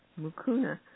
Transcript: Mukuna